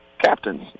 captains